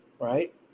right